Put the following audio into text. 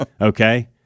okay